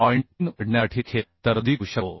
3 उघडण्यासाठी देखील तरतुदी करू शकतो